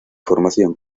formación